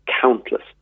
countless